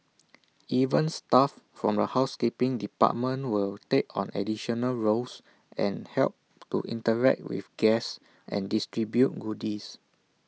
even staff from the housekeeping department will take on additional roles and help to interact with guests and distribute goodies